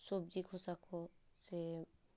ᱥᱚᱵᱽᱡᱤ ᱠᱷᱚᱥᱟ ᱠᱚᱥᱮ